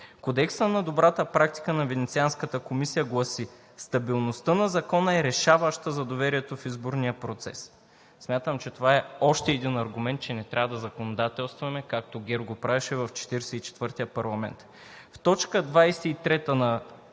Кодексът за добрата практика на Венецианската комисия гласи: „Стабилността на Закона е решаваща за доверието в изборния процес.“ Смятам, че това е още един аргумент, че не трябва да законодателстваме, както ГЕРБ го правеше в 44-тия парламент.